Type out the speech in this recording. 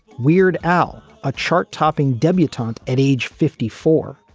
weird al, a chart topping debutante at age fifty four.